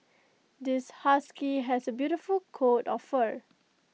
this husky has A beautiful coat of fur